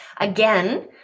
again